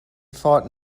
fought